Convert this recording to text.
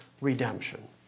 redemption